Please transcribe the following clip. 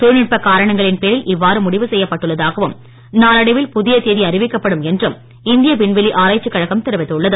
தொழில்நுட்ப காரணங்களின் பேரில் இவ்வாறு முடிவு செய்யப் பட்டுள்ளதாகவும் நாளடைவில் புதிய தேதி அறிவிக்கப்படும் என்றும் இந்திய விண்வெளி ஆராய்ச்சிக் கழகம் தெரிவித்துள்ளது